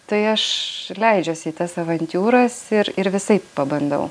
tai aš leidžiuosi į tas avantiūras ir ir visaip pabandau